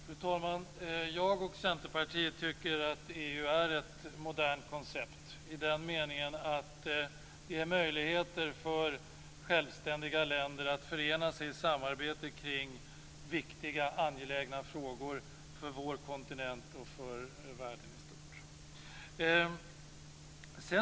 Fru talman! Jag och Centerpartiet tycker att EU är ett modernt koncept i den meningen att det ger möjligheter för självständiga länder att förena sig i samarbete kring viktiga och angelägna frågor för vår kontinent och för världen i stort.